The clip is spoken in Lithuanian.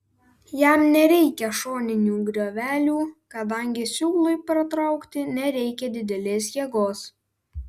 jam nereikia šoninių griovelių kadangi siūlui pratraukti nereikia didelės jėgos